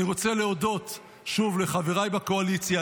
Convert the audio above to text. אני רוצה להודות שוב לחבריי בקואליציה,